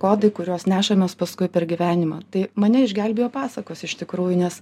kodai kuriuos nešamės paskui per gyvenimą tai mane išgelbėjo pasakos iš tikrųjų nes